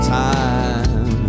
time